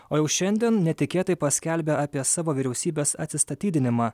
o jau šiandien netikėtai paskelbė apie savo vyriausybės atsistatydinimą